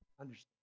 Understand